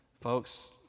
folks